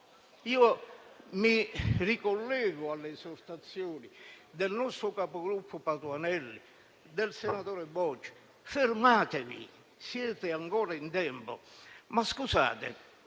e mi ricollego alle esortazioni del nostro capogruppo Patuanelli e del senatore Boccia: fermatevi, siete ancora in tempo. Ma non